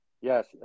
Yes